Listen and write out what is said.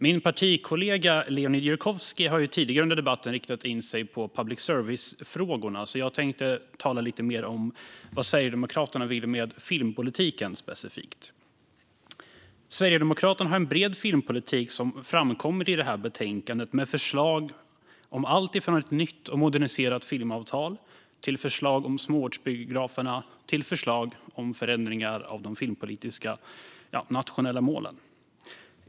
Min partikollega Leonid Yurkovskiy har tidigare under debatten riktat in sig på public service-frågorna, så jag tänkte tala lite mer specifikt om vad Sverigedemokraterna vill med filmpolitiken. Sverigedemokraterna har en bred filmpolitik, som framkommer i betänkandet, med förslag om allt från ett nytt och moderniserat filmavtal till småortsbiograferna och förändringar av de filmpolitiska nationella målen.